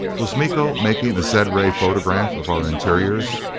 was miko making a zed-ray photograph of our interiors?